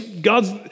God's